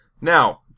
Now